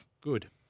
Good